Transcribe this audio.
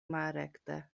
malrekte